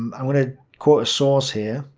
i'm gonna quote a source here,